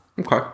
Okay